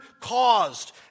caused